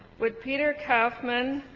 would peter kaufman,